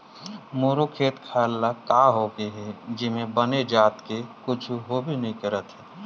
मोर खेत खार ल का होगे हे जेन म बने जात के कुछु होबे नइ करत हे